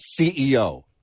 CEO